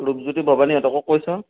ৰূপজ্যোতি ভৱানীহঁতকো কৈ চাওঁ